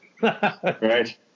Right